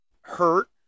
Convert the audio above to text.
hurt